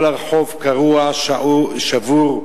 כל הרחוב קרוע, שבור,